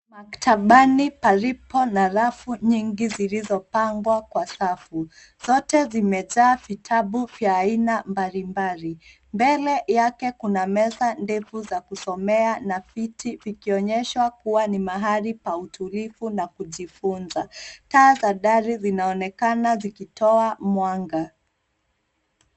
Maktabani palipo na rafu nyingi zilizopangwa kwa safu. Zote zimejaa vitabu vya aina mbalimbali. Mbele yake kuna meza ndefu za kusomea na viti vikionyeshwa kuwa ni mahali pa utulivu na kujifunza. Taa za dari zinaonekana zitoa mwanga.